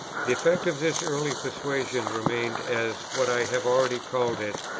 the effect of this early persuasion remained as, what i have already called it,